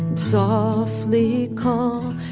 softly call?